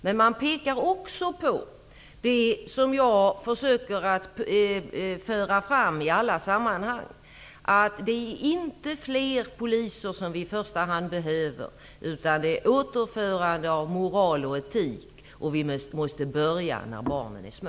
Men man pekar också på det som jag försöker att föra fram i alla sammanhang, att det inte är fler poliser som vi i första hand behöver utan återinförande av moral och etik, vilket måste börja när barnen är små.